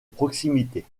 proximité